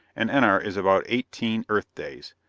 an enar is about eighteen earth days,